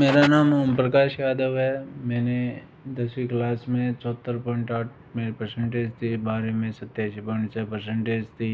मेरा नाम ओम प्रकाश यादव है मैंने दसवीं क्लास में चौहत्तर पॉइंट आठ में परसेंटेज थी बारे में पॉइंट छः परसेंटेज थी